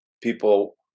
people